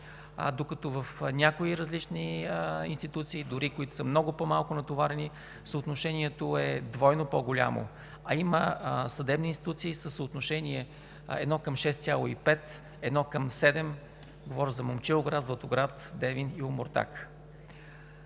докато в някои различни институции – дори, които са много по-малко натоварени, съотношението е двойно по-голямо. Има съдебни институции със съотношение едно към шест цяло и пет, едно към седем – говоря за Момчилград, Златоград, Девин и Омуртаг.